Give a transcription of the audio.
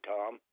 Tom